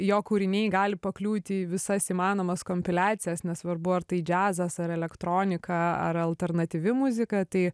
jo kūriniai gali pakliūti į visas įmanomas kompiliacijos nesvarbu ar tai džiazas ar elektronika ar alternatyvi muzika tai